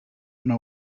know